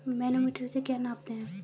Manometer से क्या नापते हैं?